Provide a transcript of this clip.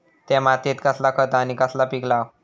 त्या मात्येत कसला खत आणि कसला पीक लाव?